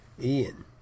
Ian